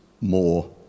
more